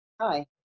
Hi